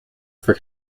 for